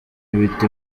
ibiti